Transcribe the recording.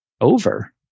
over